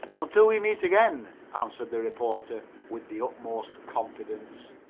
until we meet again, answered the reporter, with the utmost confidence.